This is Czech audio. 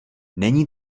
není